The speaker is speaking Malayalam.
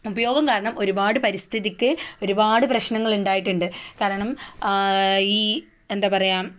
ഉപയോഗം കാരണം ഒരുപാട് പരിസ്ഥിതിക്ക് ഒരുപാട് പ്രശ്നങ്ങൾ ഉണ്ടായിട്ടുണ്ട് കാരണം ഈ എന്താണ് പറയുക